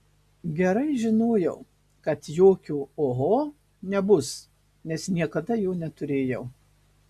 gerai žinojau kad jokio oho nebus nes niekada jo neturėjau